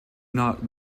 not